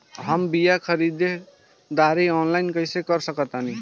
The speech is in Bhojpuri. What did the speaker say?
हम बीया के ख़रीदारी ऑनलाइन कैसे कर सकत बानी?